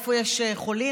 איפה יש חולים,